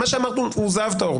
מה שאמרת הוא זהב טהור.